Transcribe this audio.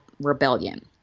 rebellion